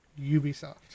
Ubisoft